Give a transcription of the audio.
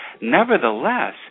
nevertheless